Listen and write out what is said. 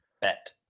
bet